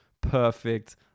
perfect